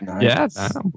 Yes